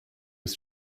des